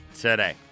today